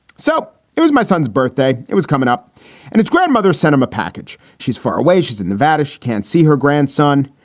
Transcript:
so it was my son's birthday. it was coming up and its grandmother sent him a package. she's far away. she's in nevada. she can't see her grandson.